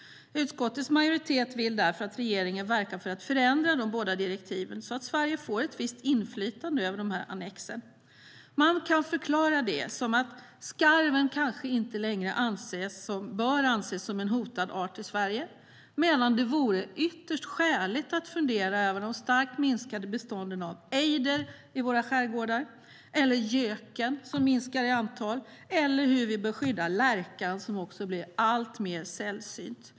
Utskottets majoritet vill därför att regeringen verkar för att förändra de båda direktiven så att Sverige får ett visst inflytande över annexen. Man kan förklara det med att skarven kanske inte längre bör anses som en hotad art i Sverige, medan det vore ytterst skäligt att fundera över de starkt minskande bestånden av ejder i våra skärgårdar eller göken som minskar i antal eller hur vi bör skydda lärkan, som också blir alltmer sällsynt.